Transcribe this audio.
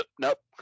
nope